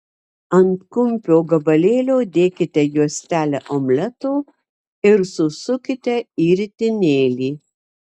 ant kumpio gabalėlio dėkite juostelę omleto ir susukite į ritinėlį